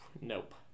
Nope